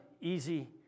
easy